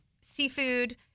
seafood